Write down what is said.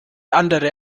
andere